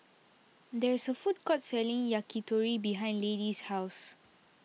there is a food court selling Yakitori behind Lady's house